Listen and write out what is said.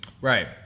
Right